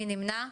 מי נמנע?